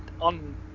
on